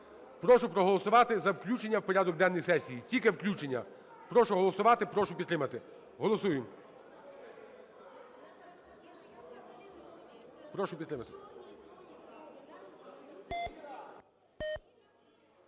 Прошу проголосувати за включення в порядок денний сесії. Тільки включення. Прошу голосувати, прошу підтримати. Голосуємо. 17:41:24